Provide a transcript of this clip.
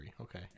Okay